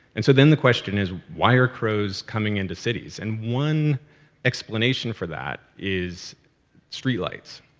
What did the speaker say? and so then the question is, why are crows coming into cities? and one explanation for that is streetlights,